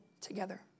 together